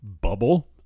bubble